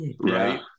Right